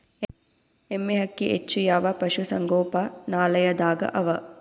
ಎಮ್ಮೆ ಅಕ್ಕಿ ಹೆಚ್ಚು ಯಾವ ಪಶುಸಂಗೋಪನಾಲಯದಾಗ ಅವಾ?